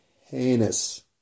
heinous